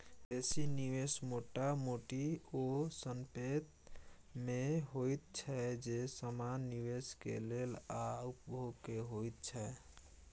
बेसी निवेश मोटा मोटी ओ संपेत में होइत छै जे समान निवेश के लेल आ उपभोग के होइत छै